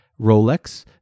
Rolex